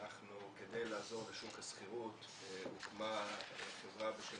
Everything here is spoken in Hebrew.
כדי לעזור לשוק השכירות הוקמה חברה בשם